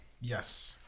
Yes